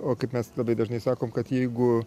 o kaip mes labai dažnai sakom kad jeigu